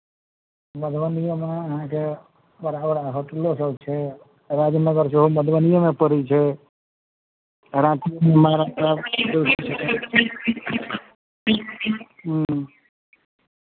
मधुबनिएमे अहाँके बड़ा बड़ा होटलोसभ छै राजनगर सेहो मधुबनिएमे पड़ै छै राँटीमे महाराज साहेबके ड्योढ़ी छै ह्म्म